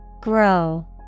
Grow